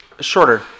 Shorter